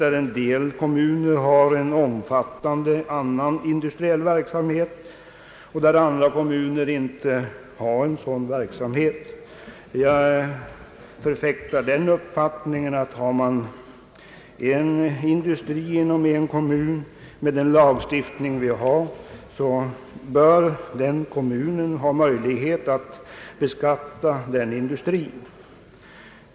Vissa kommuner har en omfattande annan industriell verksamhet, och andra kommuner har inte en sådan verksamhet. Jag förfäktar den uppfattningen att med nuvarande lagstiftning bör man i kommuner där en industri finns ha möjlighet att beskatta den industrin.